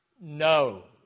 No